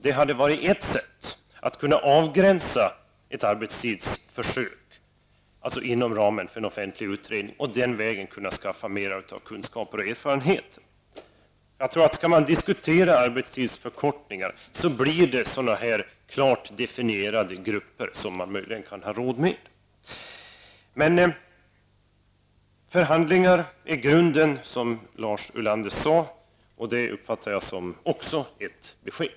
Det hade varit ett sätt att kunna avgränsa ett arbetstidsförsök, att göra det inom ramen för en offentlig utredning och den vägen skaffa mera av kunskap och erfarenhet. Jag tror att skall man diskutera arbetstidsförkortningar, blir det klart definierade grupper som man möjligen kan ha råd med. Men förhandlingar är grunden, sade Lars Ulander, och det uppfattar jag också som ett besked.